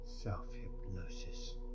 self-hypnosis